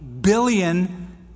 billion